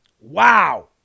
Wow